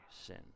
sin